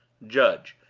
judge,